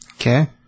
Okay